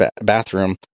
bathroom